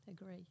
Agree